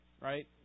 right